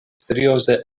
serioze